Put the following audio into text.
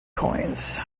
coins